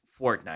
Fortnite